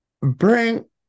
bring